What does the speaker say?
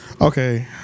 Okay